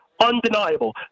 undeniable